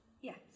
Yes